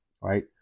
right